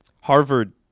Harvard